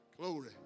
Glory